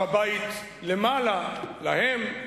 הר-הבית למעלה להם,